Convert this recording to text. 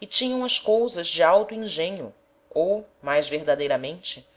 e tinham as cousas de alto engenho ou mais verdadeiramente